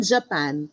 Japan